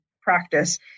practice